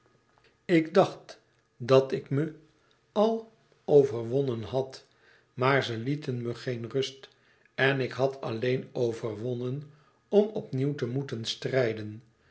ik dacht dat ik me al overwonnen had maar ze lieten me geen rust en ik had alleen overwonnen om op nieuw te moeten strijden